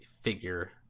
figure